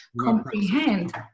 comprehend